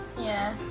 yeah,